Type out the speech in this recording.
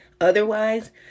Otherwise